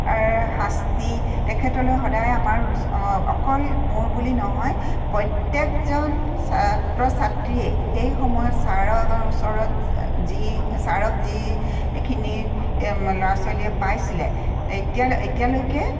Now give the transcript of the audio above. R শাস্তি তেখেতলৈ সদায় আমাৰ অকল মোৰ বুলি নহয় প্ৰত্যেকজন ছাত্ৰ ছাত্ৰীয়ে সেই সময়ত ছাৰৰ আগৰ ওচৰত যি ছাৰক যিখিনি ল'ৰা ছোৱালীয়ে পাইছিলে এতিয়া এতিয়ালৈকে